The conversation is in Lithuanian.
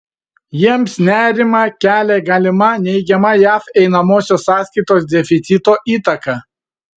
jiems nerimą kelia galima neigiama jav einamosios sąskaitos deficito įtaka